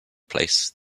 place